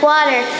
Water